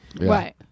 Right